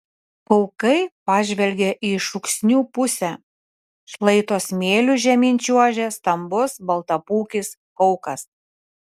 kaukai pažvelgė į šūksnių pusę šlaito smėliu žemyn čiuožė stambus baltapūkis kaukas